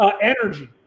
energy